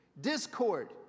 discord